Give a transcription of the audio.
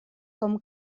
com